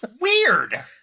Weird